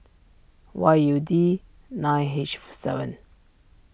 Y U D nine achieve seven